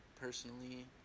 personally